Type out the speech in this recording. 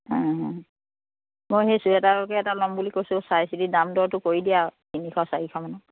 মই সেই চুৱেটাৰকে এটা ল'ম বুলি কৈছোঁ চাই চিতি দাম দৰটো কৰি দিয়া আৰু তিনিশ চাৰিশ মানত